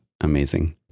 amazing